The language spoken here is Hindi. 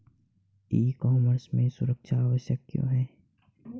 ई कॉमर्स में सुरक्षा आवश्यक क्यों है?